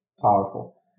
powerful